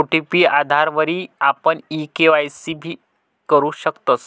OTP आधारवरी आपण e KYC भी करु शकतस